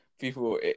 People